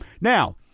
now